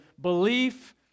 belief